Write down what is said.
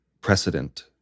precedent